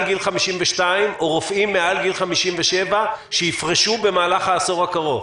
גיל 52 או רופאים מעל גיל 57 שיפרשו במהלך העשור הקרוב?